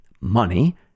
money